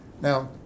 now